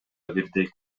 бирдей